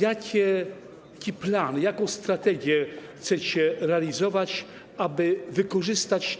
Jaki plan, jaką strategię chcecie realizować, aby wykorzystać